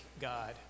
God